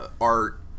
Art